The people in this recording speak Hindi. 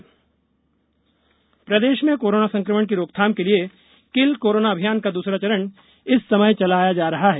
मास्क बैंक प्रदेश में कोरोना संकमण की रोकथाम के लिए किल कोरोना अभियान का दूसरा चरण इस समय चलाया जा रहा है